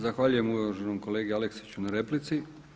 Zahvaljujem uvaženom kolegi Aleksiću na replici.